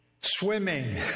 swimming